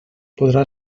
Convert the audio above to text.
podrà